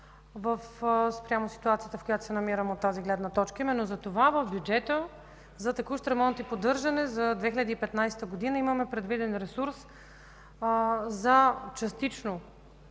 в ситуацията, в която се намира, от тази гледна точка. Именно затова в бюджета за „Текущ ремонт и поддържане” за 2015 г. имаме предвиден ресурс за частично